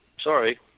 Sorry